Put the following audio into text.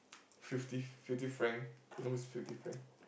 fifty fifty frank you know who is fifty frank